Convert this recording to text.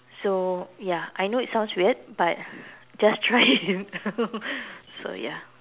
so ya I know it sounds weird but just try it so ya